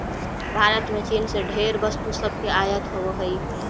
भारत में चीन से ढेर वस्तु सब के आयात होब हई